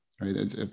right